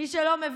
מי שלא מבין,